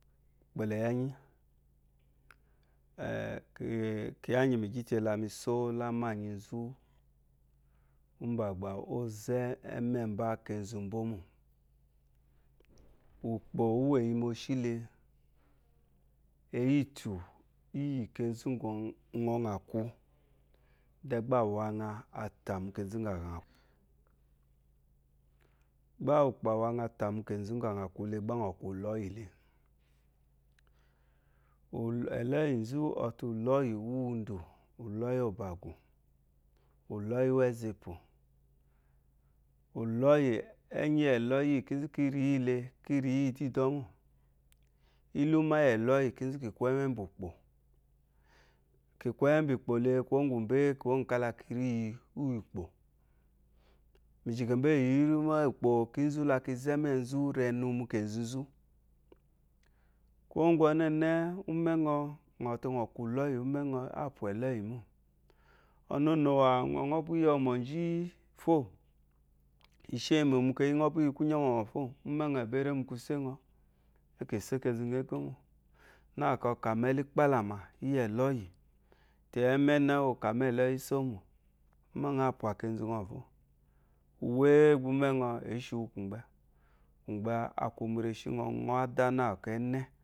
Mì gbɛlɛ̀ yí ɛ́nyí. kyiya íŋgyì mì gyí te la mi só la ámânyi nzú úmbà gbà ɔ́ɔ zɔ́ ámɛ́ɛmbá kenzu mbó mô. Ùkpò úwù è yi moshí le e yîtù íyì kenzu uŋɔ ŋa kwu dɛ gbá à wa ŋa a tà mu kenzu úŋgà ŋa àwù. Gbá ùkpò à wa ŋa a tà mu kenzu úŋgà ŋà kwu le gbá ŋɔ̀ kwu ùlɔ́yì le. ɛ̀lɔ́yì nzú ɔ̀ te, ùlɔ́yì úwùndù, ùlɔ́yì ɔ̀bàgwù, ùlɔ́yì úwù ɛ́zù epò. Ùlɔ́yì, ɛ́nyí íyì ɛ̀lɔ́yì íyì kínzú kí rí yí le, kí rí yí íyidíidɔ́ mô. Ílúmà íyì ɛ̀lɔ́yì, kínzú kì kwu ɛ́mɛ́ úmbá ùkpò. Kì kwu ɛ́mɛ́ úmbá ùkpò le, kwuwó úŋgwù mbé, kwuwó ŋgwù kála ki rí ìyi íyì ùkpò. Mu ìzhìkèmbo íyì ìyírímà íyì ùkpò, kínzú la ki zɔ́ ɛ́mɛ́ɛ nzú rɛnu mu kènzu nzú. Kwuwó úŋgwù ɔnɛ́ɛnɛ́ úmɛ́ ŋɔ, ŋɔ̀ te ŋɔ̀ kwu ùlɔ́yì, úmɛ́ ŋɔ á pwà ɛ̀lɔ́yì mô, ɔnɔ̂nùwà uŋɔ ŋɔ́ bú yi ɔmɔ̀ nzhííí fô, ìshéyimò mu keyí ŋɔ́ bú yi kwúnyɔ́ mɔmɔ̀ fô, úmɛ́ ŋɔ è bê ré mu kwusé ŋɔ, é kè só kenzu ŋɔ égó mô, nâ kɔ ɔ ká mu ɛ́líkpálàmà íyì ɛ̀lɔ́yì, te, ɛ́mɛ́nɛ́ ɔ̀ kà má ɛ̀lɔ́yísómò, úmɛ́ ŋɔ á pwà kenzu ŋɔɔ̀ fô. Uwé gbà úmɛ́ ŋɔ ě shi wu kwùmgbɛ? Kwùmgbɛ a kwu mu reshí ŋɔ, uŋɔ ádá nâ kɔ ɛ́nɛ́.